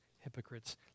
hypocrites